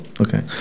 Okay